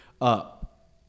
up